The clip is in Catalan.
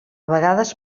vegades